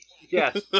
Yes